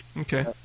Okay